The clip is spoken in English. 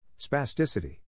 spasticity